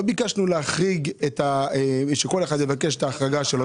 לא שכל אחד יבקש את ההחרגה שלו.